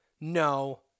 no